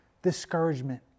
discouragement